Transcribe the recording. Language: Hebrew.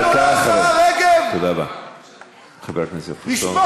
חבר הכנסת חסון, קיבלת דקה אחרי.